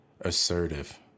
Assertive